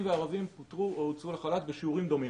וערבים פוטרו או הוצאו לחל"ת בשיעורים דומים,